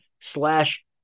slash